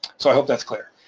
so i hope that's clear.